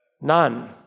None